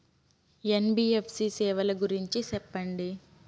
NBFC సేవల గురించి సెప్పండి?